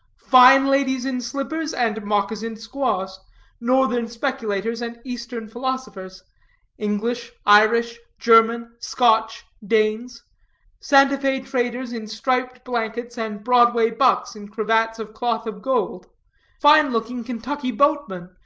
fine ladies in slippers, and moccasined squaws northern speculators and eastern philosophers english, irish, german, scotch, danes santa fe traders in striped blankets, and broadway bucks in cravats of cloth of gold fine-looking kentucky boatmen,